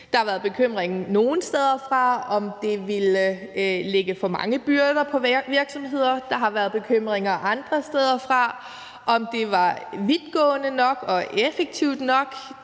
Der har været bekymring nogle steder fra, i forhold til om det ville lægge for mange byrder på virksomhederne, og der har været bekymringer andre steder fra, i forhold til om det var vidtgående nok og effektivt nok.